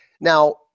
Now